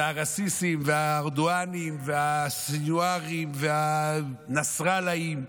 שאר הא-סיסים והארדואנים והסנווארים והנסראללאים,